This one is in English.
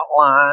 outline